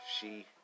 she-